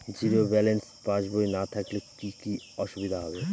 Zero balance পাসবই না থাকলে কি কী অসুবিধা হবে?